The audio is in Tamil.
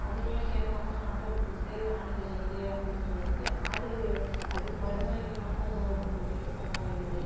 அதுவும் கேக்காமல் ஆட்டை விட்டுப்புட்டு ஆடு கழியுது அப்டின்னு சொல்லிவிட்டு ஆடு அதுக்கு மருந்து வாங்கி மாத்திரை செலவு பண்ணுறதுக்கே செலவாகிடுது